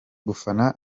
gufana